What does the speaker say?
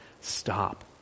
stop